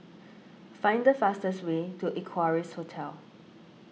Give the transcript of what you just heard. find the fastest way to Equarius Hotel